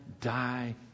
die